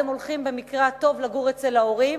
ואז במקרה הטוב הם הולכים לגור אצל ההורים,